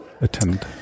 attend